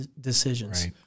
decisions